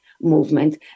movement